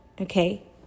okay